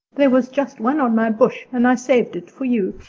there was just one on my bush, and i saved it for you.